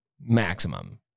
Maximum